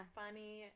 funny